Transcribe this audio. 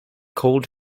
cold